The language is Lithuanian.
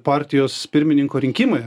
partijos pirmininko rinkimai